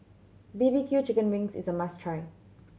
B B Q chicken wings is a must try